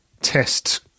test